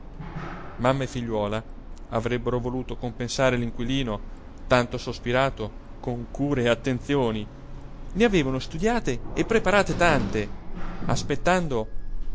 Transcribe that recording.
figliuola avrebbero voluto compensare l'inquilino tanto sospirato con cure e attenzioni ne avevano studiate e preparate tante aspettando